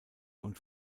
und